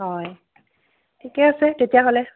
হয় ঠিকে আছে তেতিয়াহ'লে